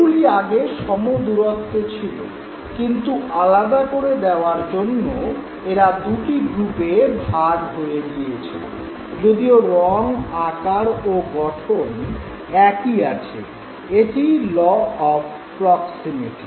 এগুলি আগে সমদূরত্বে ছিল কিন্তু আলাদা করে দেওয়ার জন্য এরা দু'টি গ্রুপে নভাগ হয়ে গিয়েছে যদিও রং আকার ও গঠন একই আছে - এটিই ল অফ প্রক্সিমিটি